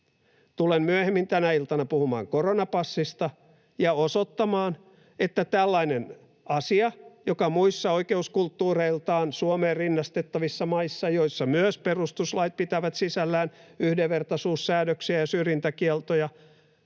Tulen myöhemmin tänä iltana puhumaan koronapassista ja osoittamaan, että tällainen asia, joka muissa oikeuskulttuureiltaan Suomeen rinnastettavissa maissa, joissa myös perustuslait pitävät sisällään yhdenvertaisuussäädöksiä ja syrjintäkieltoja,